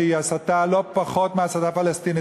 שהיא הסתה לא פחותה מההסתה הפלסטינית.